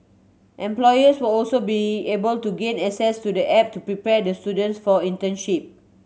employers will also be able to gain access to the app to prepare the students for internship